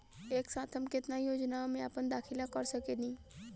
एक साथ हम केतना योजनाओ में अपना दाखिला कर सकेनी?